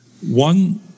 One